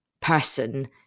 person